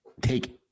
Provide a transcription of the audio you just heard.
take